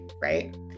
right